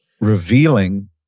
revealing